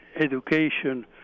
education